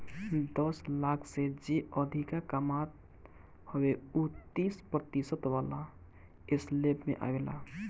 दस लाख से जे अधिका कमात हवे उ तीस प्रतिशत वाला स्लेब में आवेला